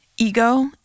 ego